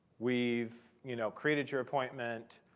we've you know created your appointment,